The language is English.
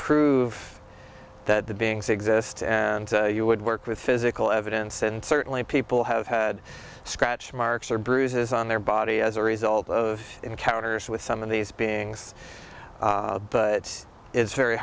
prove that the beings exist and you would work with physical evidence and certainly people have had scratch marks or bruises on their body as a result of encounters with some of these beings but it's very